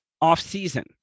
off-season